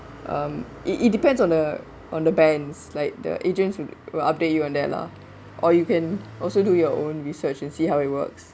um it it depends on the on the banks like the agency will update you on that lah or you can also do your own research and see how it works